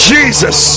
Jesus